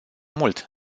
mult